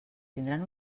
tindran